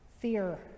fear